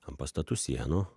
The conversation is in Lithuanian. an pastatų sienų